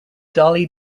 dolly